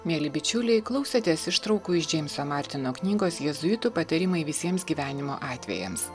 mieli bičiuliai klausėtės ištraukų iš džeimso martino knygos jėzuitų patarimai visiems gyvenimo atvejams